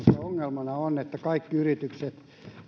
ongelmana on että kaikki yritykset